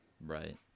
Right